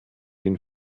den